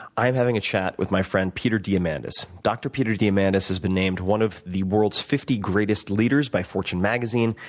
i'm having a chat with my friend peter diamandis. dr. peter diamandis has been named one of the world's fifty greatest leaders by fortune magazine.